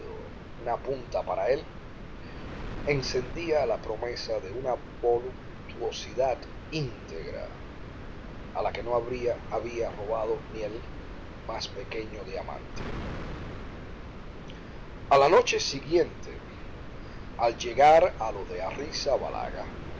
una punta para él encendía la promesa de una voluptuosidad íntegra a la que no había robado ni el más pequeño diamante a la noche siguiente al llegar a lo de arrizabalaga nébel halló